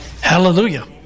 Hallelujah